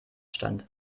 stand